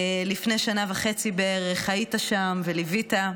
לפני שנה וחצי בערך, היית שם וליווית.